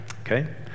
Okay